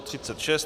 36.